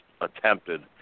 attempted